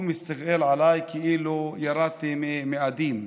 הוא מסתכל עליי כאילו ירדתי מהמאדים,